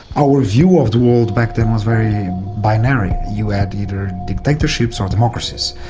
our view of the world back then was very binary you had either dictatorships or democracies.